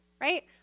right